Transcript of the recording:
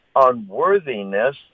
unworthiness